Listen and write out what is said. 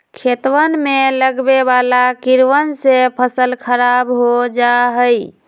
खेतवन में लगवे वाला कीड़वन से फसल खराब हो जाहई